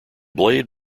blade